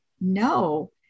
no